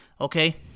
okay